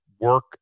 work